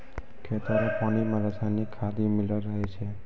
खेतो रो पानी मे रसायनिकी खाद मिल्लो रहै छै